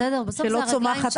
בסוף, אלה הרגליים של הבן-אדם.